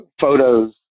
photos